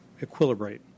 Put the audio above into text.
equilibrate